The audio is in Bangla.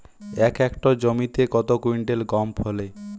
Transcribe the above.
এক হেক্টর জমিতে কত কুইন্টাল গম ফলে?